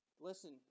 Listen